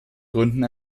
gründen